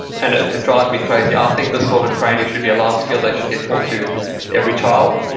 and ah it drives me crazy. i think this sort of training should be a life skill that should get taught to every child.